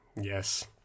Yes